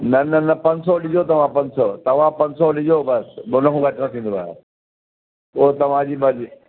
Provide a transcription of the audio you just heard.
न न न पंज सौ ॾिजो तव्हां पंज सौ तव्हां पंज सौ ॾिजो बसि ॿियो हिनखां घटि न थींदव उहो तव्हांजी मर्जी